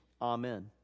Amen